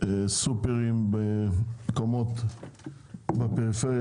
לסופרים במקומות בפריפריה,